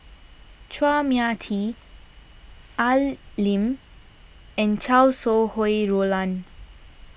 Chua Mia Tee Al Lim and Chow Sau Hai Roland